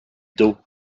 dos